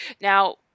Now